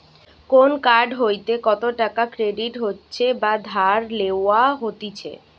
কোন কার্ড হইতে কত টাকা ক্রেডিট হচ্ছে বা ধার লেওয়া হতিছে